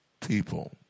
people